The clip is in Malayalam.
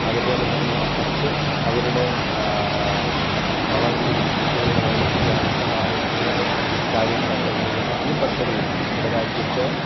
അതുപോലത്തന്നെ മറ്റ് അവരുടെ വളർച്ചയ്ക്ക് കുട്ടികളുടെ വളർച്ചയ്ക്ക് ആവശ്യമായിട്ടുള്ള കാര്യങ്ങളൊക്കെ നൽകുന്ന ഈ പദ്ധതിയും നമ്മുടെ രാജ്യത്ത്